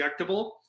injectable